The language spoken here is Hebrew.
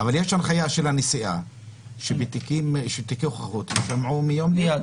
יש הנחיה של הנשיאה שבתיקי הוכחות יישמעו מיום ליום.